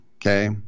okay